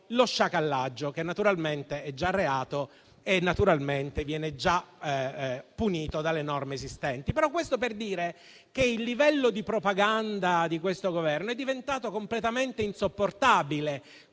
lo sciacallaggio, che naturalmente è già reato e viene punito dalle norme esistenti. Questo per dire che il livello di propaganda di questo Governo è diventato completamente insopportabile.